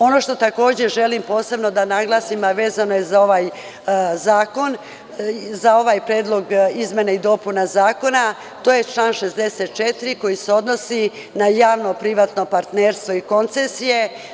Ono što takođe želim posebno da naglasim, a vezano je za ovaj zakon, za ovaj predlog, to je član 64. koji se odnosi na javno privatno partnerstvo i koncesije.